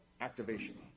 activation